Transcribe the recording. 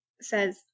says